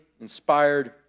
inspired